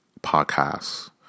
Podcasts